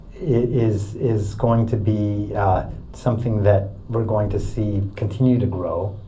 it is is going to be something that we're going to see continue to grow.